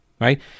right